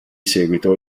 seguito